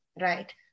right